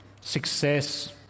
success